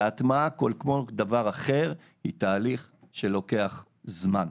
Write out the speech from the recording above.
והטמעה, כמו כל דבר אחר, היא תהליך שלוקח זמן.